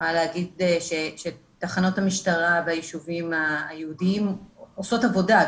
אני יכולה להגיד שתחנות המשטרה ביישובים היהודיים עושות עבודה,